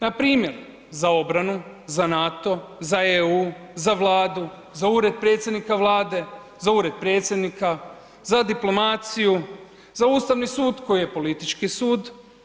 Npr. za obranu, na NATO, za EU, za Vladu, za Ured predsjednika Vlade, za Ured predsjednika, za diplomaciju, za Ustavni sud koji je politički sud.